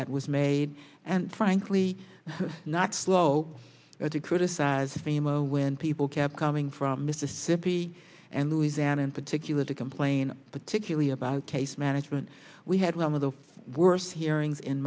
that was made and frankly not slow to criticize when people kept coming from mississippi and louisiana in particular to complain particularly about case management we had one of the worst hearings in